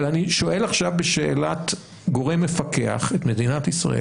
אבל אני שואל עכשיו בשאלת גורם מפקח את מדינת ישראל,